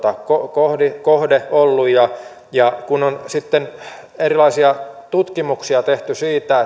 kohde kohde ollut ja ja kun on sitten erilaisia tutkimuksia tehty siitä